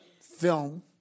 film